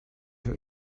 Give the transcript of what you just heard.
your